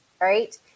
right